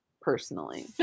personally